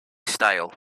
style